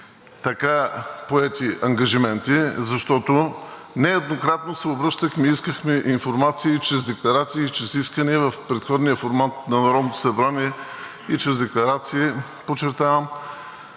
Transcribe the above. така поети ангажименти, защото нееднократно се обръщахме и искахме информации чрез декларации, чрез искания в предходния формат на Народното събрание. И чрез декларации, подчертавам,